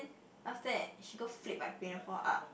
after that she go flip my pinafore up